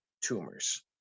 tumors